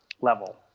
level